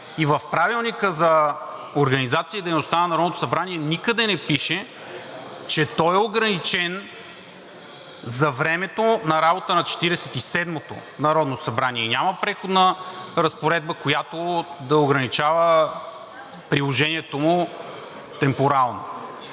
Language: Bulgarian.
и в Правилника за организацията и дейността на Народното събрание никъде не пише, че той е ограничен за времето на работата на Четиридесет и седмото народно събрание, няма преходна разпоредба, която да ограничава приложението му темпорално.